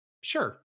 Sure